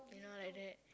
you know like that